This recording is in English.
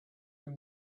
when